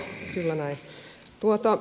kyllä näin